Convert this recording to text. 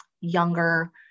younger